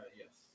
yes